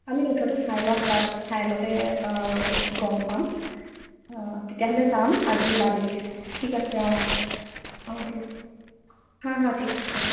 আমি মুঠতে চাই ল'ম তাত চাই ল'লে গ'ম পাম তেতিয়াহ'লে যাম আজি ওলাবি ঠিক আছে অঁ অঁ ঠিক আছে হাঁ হাঁ ঠিক আছে